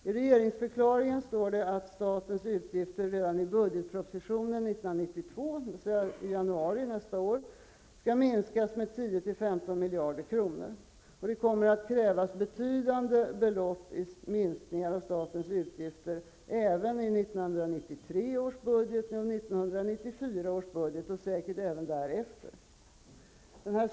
I regeringsförklaringen står det att statens utgifter redan i budgetpropositionen 1992, dvs. i januari nästa år, skall minskas med 10--15 miljarder kronor. Och det kommer att krävas betydande belopp i minskningar av statens utgifter även i 1993 års budget och i 1994 års budget och säkert även därefter.